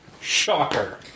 Shocker